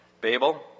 Babel